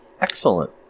Excellent